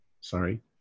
sorry